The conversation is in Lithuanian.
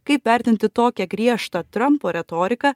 kaip vertinti tokią griežtą trampo retoriką